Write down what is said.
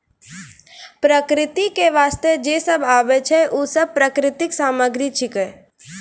प्रकृति क वास्ते जे सब आबै छै, उ सब प्राकृतिक सामग्री छिकै